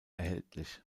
erhältlich